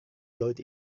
good